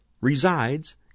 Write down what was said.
resides